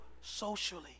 socially